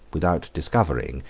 without discovering,